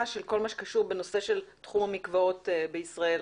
של כל מה שקשור בתחום המקוואות בישראל